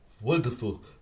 Wonderful